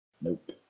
Nope